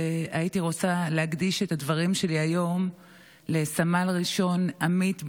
והייתי רוצה להקדיש את הדברים שלי היום לסמל ראשון עמית בונצל,